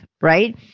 Right